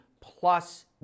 plus